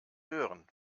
hören